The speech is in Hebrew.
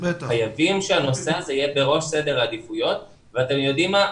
חייבים שהנושא הזה יהיה בראש סדר העדיפויות ואתם יודעים מה?